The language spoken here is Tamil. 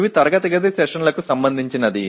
இது வகுப்பறை அமர்வுகளைப் பொருத்து இருக்கும்